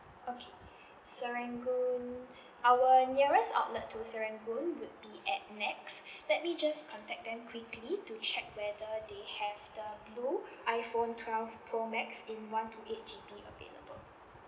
okay serangoon our nearest outlet to serangoon would be at NEX let me just contact them quickly to check whether they have the blue iphone twelve pro max in one two eight G_B available